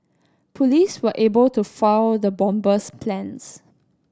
police were able to foil the bomber's plans